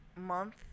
month